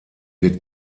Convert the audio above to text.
wird